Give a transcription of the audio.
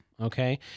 Okay